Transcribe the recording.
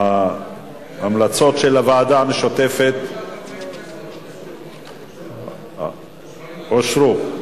ההמלצות של הוועדה המשותפת אושרו.